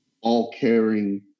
all-caring